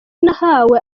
nahawe